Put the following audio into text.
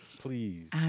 Please